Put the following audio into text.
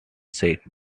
said